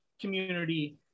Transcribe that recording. community